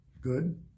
Good